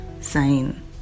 sign